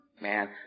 man